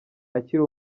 akiri